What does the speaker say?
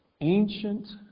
ancient